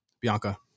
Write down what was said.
bianca